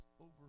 over